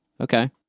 Okay